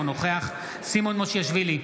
אינו נוכח סימון מושיאשוילי,